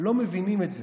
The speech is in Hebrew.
הם לא מבינים את זה.